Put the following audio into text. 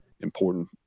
important